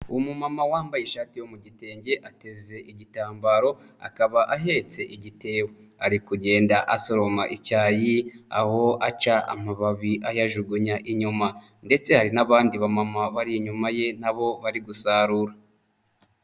Umumama wambaye ishati yo mu gitenge ateze igitambaro akaba ahetse igitebo ari kugenda asoroma icyayi aho aca amababi ayajugunya inyuma ndetse hari n'abandi bamama bari inyuma ye nabo bari gusarura.